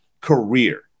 career